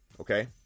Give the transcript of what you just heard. okay